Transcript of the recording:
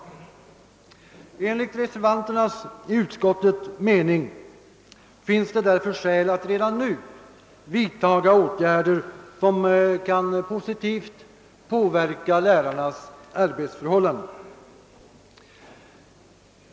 Enligt reservanternas mening finns det därför skäl att redan nu vidta åtgärder som kan positivt påverka lärarnas arbetsförhållanden.